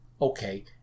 okay